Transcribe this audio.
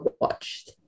watched